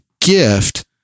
gift